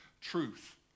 truth